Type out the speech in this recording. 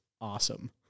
awesome